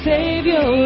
Savior